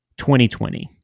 2020